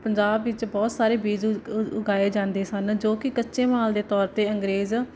ਪੰਜਾਬ ਵਿੱਚ ਬਹੁਤ ਸਾਰੇ ਬੀਜ ਉਗਾਏ ਜਾਂਦੇ ਸਨ ਜੋ ਕਿ ਕੱਚੇ ਮਾਲ ਦੇ ਤੌਰ 'ਤੇ ਅੰਗਰੇਜ਼